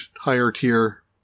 higher-tier